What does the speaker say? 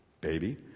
baby